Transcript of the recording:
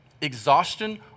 Exhaustion